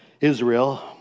Israel